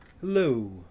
Hello